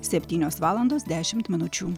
septynios valandos dešimt minučių